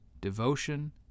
devotion